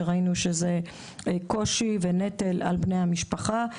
שראינו שמהווה קושי ונטל על בני המשפחה.